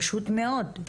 פשוט מאד,